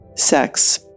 Sex